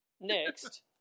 next